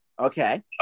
Okay